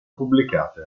pubblicate